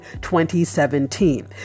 2017